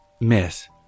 Miss